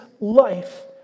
life